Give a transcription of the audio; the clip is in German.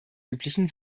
üblichen